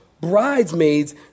bridesmaids